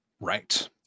Right